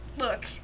Look